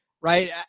right